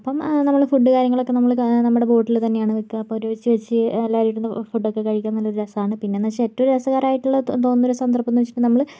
അപ്പം നമ്മള് ഫുഡ് കാര്യങ്ങളൊക്കെ നമ്മള് നമ്മടെ ബോട്ടില് തന്നെയാണ് വയ്ക്കുക അപ്പോൾ ഒരുമിച്ച് വെച്ച് എല്ലാവരും ഇരുന്നു ഫുഡൊക്കെ കഴിക്കാൻ നല്ല രസമാണ് പിന്നെന്നു വെച്ചാൽ ഏറ്റവും രസകരായിട്ട് തോന്നുന്ന സന്ദർഭം എന്നു വെച്ചിട്ടുണ്ടെങ്കിൽ നമ്മള്